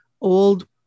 old